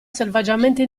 selvaggiamente